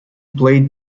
played